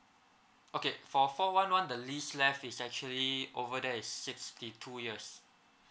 okay for four one one the lease left is actually over there is sixty two years